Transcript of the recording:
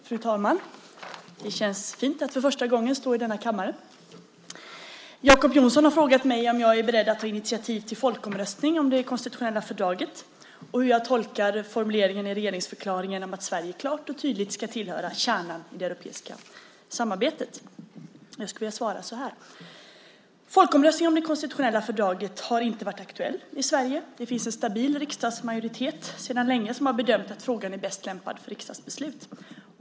Fru talman! Det känns fint att för första gången stå i denna kammare. Jacob Johnson har frågat mig om jag är beredd att ta initiativ till folkomröstning om det konstitutionella fördraget och hur jag tolkar formuleringen i regeringsförklaringen om att Sverige klart och tydligt ska tillhöra kärnan i det europeiska samarbetet. Folkomröstning om det konstitutionella fördraget har inte varit aktuell i Sverige. En stabil riksdagsmajoritet har sedan länge bedömt att frågan är bäst lämpad för riksdagsbeslut.